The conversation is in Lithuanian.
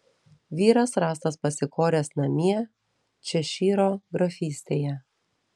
vyras rastas pasikoręs namie češyro grafystėje